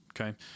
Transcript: Okay